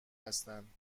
هستند